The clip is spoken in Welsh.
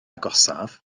agosaf